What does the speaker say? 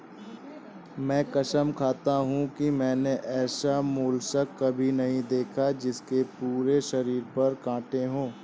मैं कसम खाता हूँ कि मैंने ऐसा मोलस्क कभी नहीं देखा जिसके पूरे शरीर पर काँटे हों